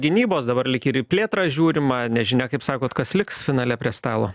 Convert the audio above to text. gynybos dabar lyg ir į plėtrą žiūrima nežinia kaip sakot kas liks finale prie stalo